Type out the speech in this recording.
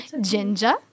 Ginger